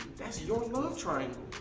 that's your love triangle.